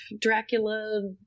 Dracula